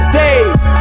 days